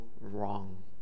wrong